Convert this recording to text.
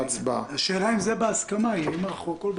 ההקדמה לא יכולה